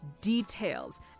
details